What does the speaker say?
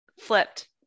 flipped